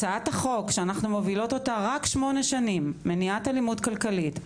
הצעת החוק שאנחנו מובילות אותה רק שמונה שנים - מניעת אלימות כלכלית,